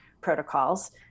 protocols